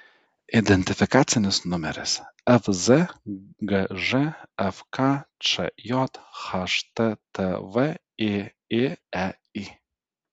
identifikacinis numeris fzgž fkčj httv ėėei